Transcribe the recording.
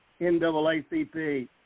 NAACP